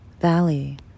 Valley